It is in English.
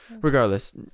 Regardless